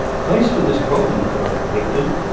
faced with this problem thurow predicted,